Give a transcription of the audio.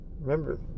Remember